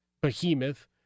behemoth